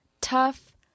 tough